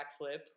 backflip